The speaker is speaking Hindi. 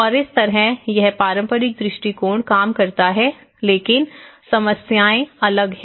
और इस तरह यह पारंपरिक दृष्टिकोण काम करता है लेकिन समस्याएं अलग हैं